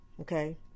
okay